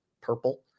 purple